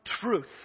truth